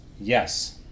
Yes